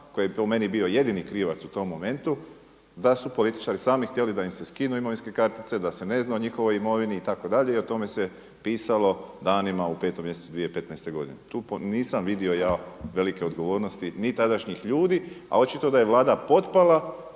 koji je po meni bio jedini krivac u tom momentu, da su političari sami htjeli da im se skinu imovinske kartice, da se ne zna o njihovoj imovini itd. i o tome se pisalo danima u 5. mjesecu 2015. godine. Tu nisam vidio ja velike odgovornosti ni tadašnjih ljudi, a očito da je Vlada potpala